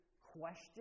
question